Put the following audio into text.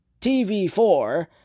TV4